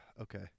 okay